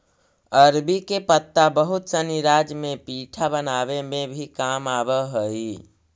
अरबी के पत्ता बहुत सनी राज्य में पीठा बनावे में भी काम आवऽ हई